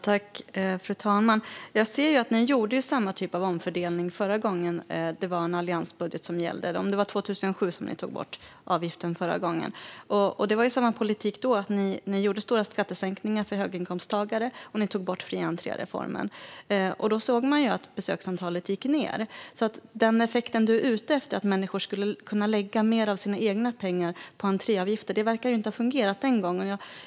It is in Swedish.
Fru talman! Ni gjorde samma typ av omfördelning förra gången det var en alliansbudget som gällde, Annicka Engblom - det var väl 2007 som ni tog bort avgiften förra gången. Det var ju samma politik då: Ni gjorde stora skattesänkningar för höginkomsttagare och tog bort fri-entré-reformen. Då såg vi att besöksantalet gick ned. Den effekt du är ute efter - att människor skulle kunna lägga mer av sina egna pengar på entréavgifter - verkar alltså inte ha fungerat den gången.